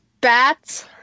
bats